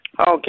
Okay